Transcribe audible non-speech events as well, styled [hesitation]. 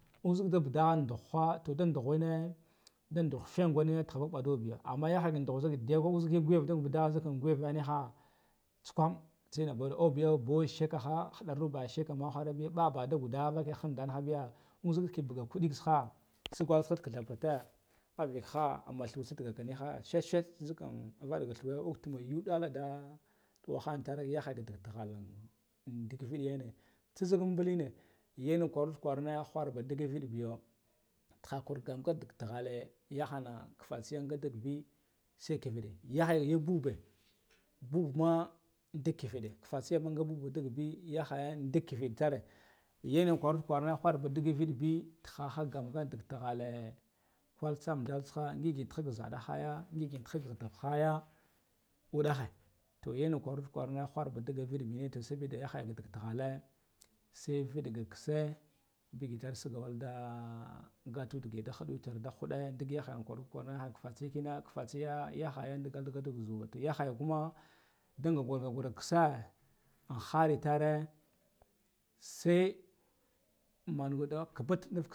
Uzuk nda ndugwa ndughwa to de dindughe re nda ndugh shengwene kade mɓaho biya amme yakhana dugh ziɗa dugweghe ukzik guyare nda gugeve nikha tsigwam tsina bir abiya bonsheka kha harga khu balar ba shekama nde vig khingare uk zik buga kulita kha sukgwa da tighatha avikha ama thu tsitiakha shek shek gile in vatga thuwe ink fuma tyuu ɗala nda tuwa khana tare yo yaghana ndik tak vikilene tsazil mbula yanul kwaran kwarune khwarbe ndikin biya tighakur kan gat tighale yakhana fatsiya nga tile bi se kivide yakhana ya bube bub ma intik kivide fatsiya nga bube bi yakha ndik viviɗ tare yanud gwa kwarana khwarbe ndigivuɗ bi tighe ghe gatgam tighale kwal tsam dalta kha tighik za khaya ngik tighika za khaya uɗakhe yanut kwaru kwara ba digerid biya to sabida yakhe na tighale se viɗ gake kise bigitsere sawal [hesitation] gatu ndigite nda ƙhuɗu tare nde khuɗe ndigit yakhane kwirud khwirudu kha fatsiya kene fatsiya yakhaya ndigal nda gat ndik zuma ndenga ngura ngura kisk kiseh in khara tare se mergun to ƙubut. [noise]